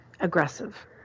aggressive